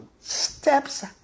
steps